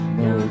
no